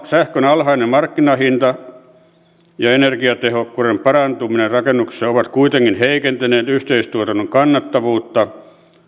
sähkön alhainen markkinahinta ja energiatehokkuuden parantuminen rakennuksissa ovat kuitenkin heikentäneet yhteistuotannon kannattavuutta